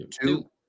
Two